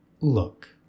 Look